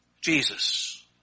Jesus